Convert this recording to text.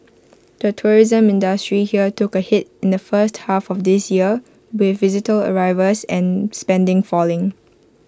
the tourism industry here took A hit in the first half of this year with visitor arrivals and spending falling